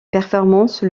performances